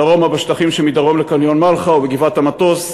דרומה בשטחים שמדרום לקניון מלחה ובגבעת-המטוס,